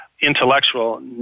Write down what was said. intellectual